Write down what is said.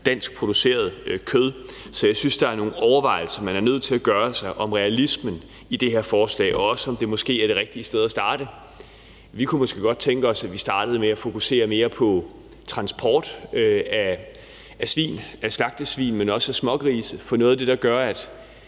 danskproduceret kød. Så jeg synes, der er nogle overvejelser, man er nødt til at gøre sig om realismen i det her forslag, også om det måske er det rigtige sted at starte. Vi kunne måske godt tænke os, at vi startede med at fokusere mere på transport af slagtesvin, men også af smågrise, for noget af det, der gør, at